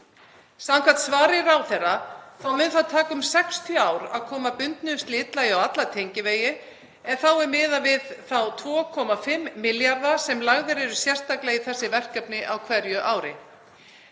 Samkvæmt svari ráðherra mun það taka um 60 ár að koma bundnu slitlagi á alla tengivegi en þá er miðað við þá 2,5 milljarða sem lagðir eru sérstaklega í þessi verkefni á hverju ári.